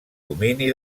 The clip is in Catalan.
domini